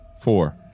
four